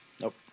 Nope